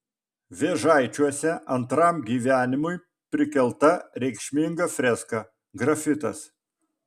vėžaičiuose antram gyvenimui prikelta reikšminga freska grafitas